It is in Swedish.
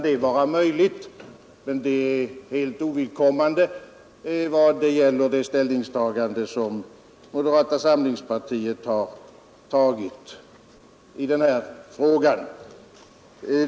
Det är möjligt, men det är helt ovidkommande för det ställningstagande som moderata samlingspartiet gjort i denna fråga.